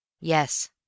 Yes